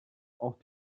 auch